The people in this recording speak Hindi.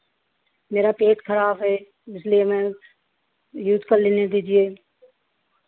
मेरा पेट खराब है इसीलिए मैम यूज़ कर लेने दीजिए